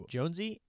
Jonesy